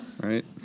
right